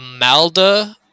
Amalda